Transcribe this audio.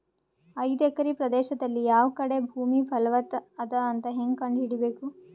ಐದು ಎಕರೆ ಪ್ರದೇಶದಲ್ಲಿ ಯಾವ ಕಡೆ ಭೂಮಿ ಫಲವತ ಅದ ಅಂತ ಹೇಂಗ ಕಂಡ ಹಿಡಿಯಬೇಕು?